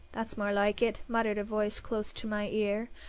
that's more like it! muttered a voice close to my ear.